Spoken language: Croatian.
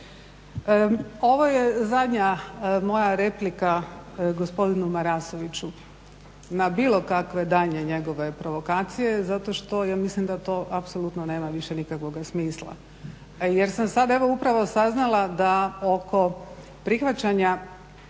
Ovo je zadnja moja replika gospodinu Marasoviću na bilo kakve daljnje njegove provokacije zato što ja mislim da to apsolutno nema više nikakvoga smisla. Jer sam sad evo upravo saznala da oko prihvaćanja